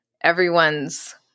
everyone's